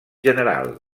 general